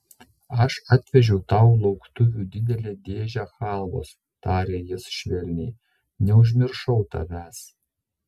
aš atvežiau tau lauktuvių didelę dėžę chalvos tarė jis švelniai neužmiršau tavęs